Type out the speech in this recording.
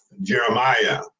Jeremiah